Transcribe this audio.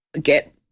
get